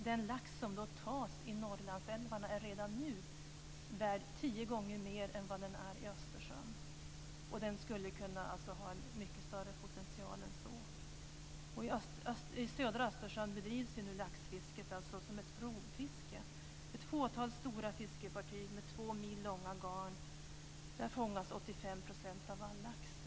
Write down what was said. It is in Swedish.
Den lax som tas i Norrlandsälvarna är redan nu värd tio gånger mer än vad den är i Östersjön. Den skulle kunna ha en mycket större potential än så. I södra Östersjön bedrivs nu laxfisket som ett rovfiske. Ett fåtal stora fiskefartyg med två mil långa garn fångar 85 % av all lax.